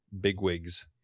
bigwigs